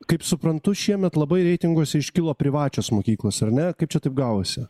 kaip suprantu šiemet labai reitinguose iškilo privačios mokyklos ar ne kaip čia taip gavosi